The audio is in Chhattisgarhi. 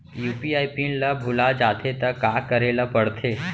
यू.पी.आई पिन ल भुला जाथे त का करे ल पढ़थे?